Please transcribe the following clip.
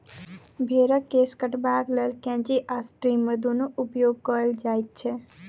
भेंड़क केश कटबाक लेल कैंची आ ट्रीमर दुनूक उपयोग कयल जाइत छै